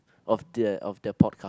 of the of the podcast